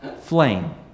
flame